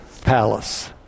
palace